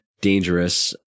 dangerous